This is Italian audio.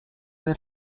del